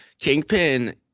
kingpin